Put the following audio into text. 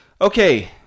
Okay